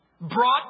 Brought